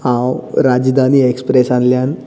हांव राजधान एक्सप्रेसांतल्यान